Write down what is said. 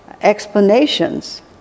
explanations